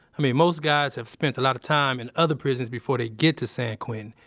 i mean, most guys have spent a lot of time in other prisons before they get to san quentin.